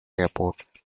airport